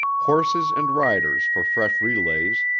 horses and riders for fresh relays,